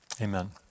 amen